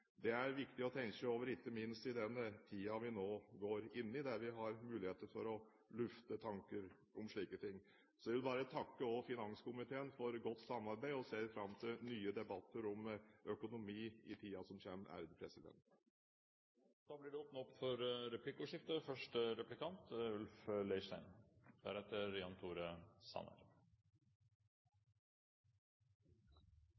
Det er det viktig å tenke over, ikke minst i den tiden vi nå går inn i, der vi har muligheter til å lufte tanker om slike ting. Jeg vil takke finanskomiteen for et godt samarbeid og ser fram til nye debatter om økonomi i tiden som kommer. Det blir replikkordskifte. La meg aller først få ønske god jul til finansministeren og